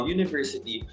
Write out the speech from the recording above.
University